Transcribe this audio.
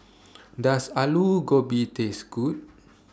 Does Aloo Gobi Taste Good